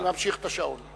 אני ממשיך את השעון.